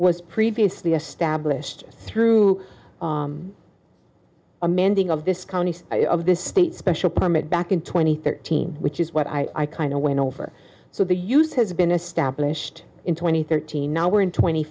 was previously established through amending of this counties of the state special permit back in twenty thirteen which is what i kind of went over so the use has been established in twenty thirteen hour in twenty